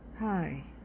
Hi